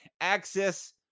access